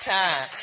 time